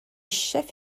chef